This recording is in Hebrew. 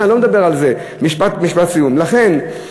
משפט סיום, מקלב.